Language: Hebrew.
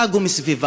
הם חגו מסביבה,